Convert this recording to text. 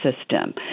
system